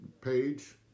page